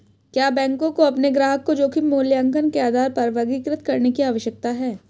क्या बैंकों को अपने ग्राहकों को जोखिम मूल्यांकन के आधार पर वर्गीकृत करने की आवश्यकता है?